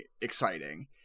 exciting